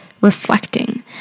reflecting